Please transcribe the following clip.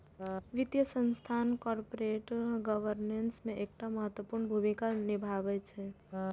वित्तीय संस्थान corporate governance मे एकटा महत्वपूर्ण भूमिका निभाबै छै